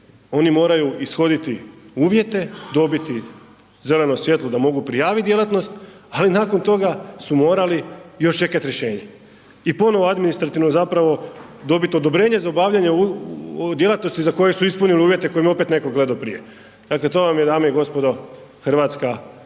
oni moraju ishoditi uvjete, dobiti zeleno svjetlo da mogu prijavit djelatnost, ali nakon toga su morali još čekat rješenje. I ponovo administrativno zapravo dobit odobrenje za obavljanje djelatnosti za koje su ispunili uvjete koje im je opet neko gledo prije. Dakle, to vam je dame i gospodo RH još dan